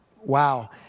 wow